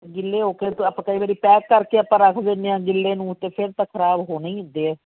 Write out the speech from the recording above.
ਗਿੱਲੇ ਹੋਕੇ ਆਪਾਂ ਕਈ ਵਾਰ ਪੈਕ ਕਰਕੇ ਆਪਾਂ ਰੱਖ ਦਿੰਦੇ ਹਾਂ ਗਿੱਲੇ ਨੂੰ ਅਤੇ ਫਿਰ ਤਾਂ ਖਰਾਬ ਹੋਣੇ ਹੀ ਹੁੰਦੇ ਆ